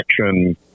action